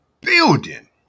building